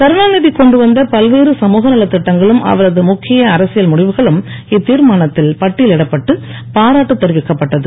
கருணாநிதி கொண்டுவந்த பல்வேறு சமூகநலத் திட்டங்களும் அவரது முக்கிய அரசியல் முடிவுகளும் இத்திர்மானத்தில் பட்டியல் இடப்பட்டு பாராட்டு தெரிவிக்கப்பட்டது